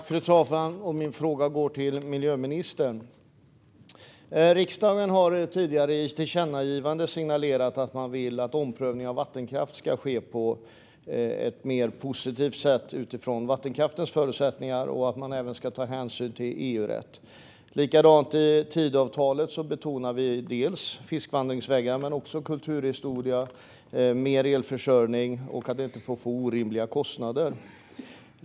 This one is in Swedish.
Fru talman! Min fråga går till miljöministern. Riksdagen har tidigare i ett tillkännagivande signalerat att man vill att omprövning av vattenkraft ska ske på ett mer positivt sätt utifrån vattenkraftens förutsättningar och att hänsyn även ska tas till EU-rätt. På samma sätt betonas i Tidöavtalet fiskvandringsvägar, kulturhistoria, mer elförsörjning och att det inte ska bli orimliga kostnader.